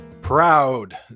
proud